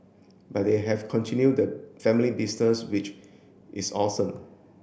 but they've continued the family business which is awesome